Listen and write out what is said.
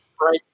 Right